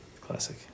Classic